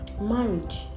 marriage